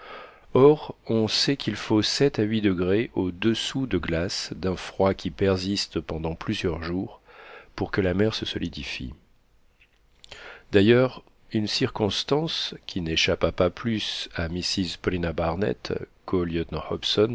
or on sait qu'il faut sept à huit degrés au-dessous de glace d'un froid qui persiste pendant plusieurs jours pour que la mer se solidifie d'ailleurs une circonstance qui n'échappa pas plus à mrs paulina barnett qu'au lieutenant hobson